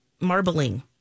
marbling